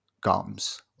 gums